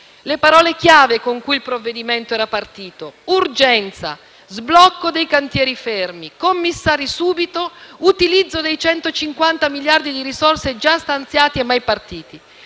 le parole-chiave con cui il provvedimento era partito: urgenza, sblocco dei cantieri fermi, commissari subito, utilizzo dei 150 miliardi di risorse già stanziate e mai partite.